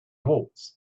waltz